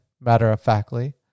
matter-of-factly